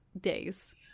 days